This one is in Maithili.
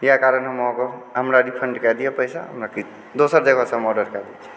इएह कारण हम अहाँकेँ हमरा रिफण्ड कए दिअ पैसा बाँकी दोसर जगहसँ हम आर्डर कए लैत छी